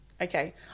Okay